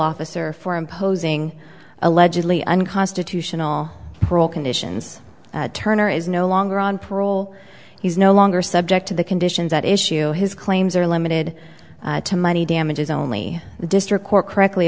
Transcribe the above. officer for imposing allegedly unconstitutional conditions turner is no longer on parole he's no longer subject to the conditions at issue his claims are limited to money damages only the district court correctly